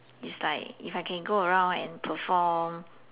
it's like if I can go around and perform